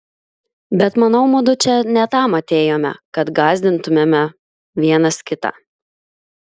bet manau mudu čia ne tam atėjome kad gąsdintumėme vienas kitą